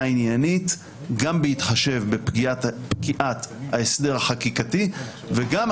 עניינית גם בהתחשב בפקיעת ההסדר החקיקתי וגם,